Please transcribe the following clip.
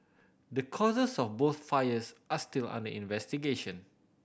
the causes of both fires are still under investigation